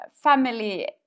family